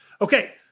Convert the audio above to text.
Okay